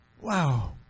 Wow